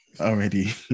Already